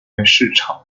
市场